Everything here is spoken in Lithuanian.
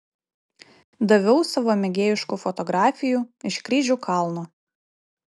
daviau savo mėgėjiškų fotografijų iš kryžių kalno